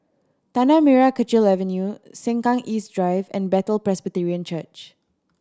Tanah Merah Kechil Avenue Sengkang East Drive and Bethel Presbyterian Church